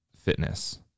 fitness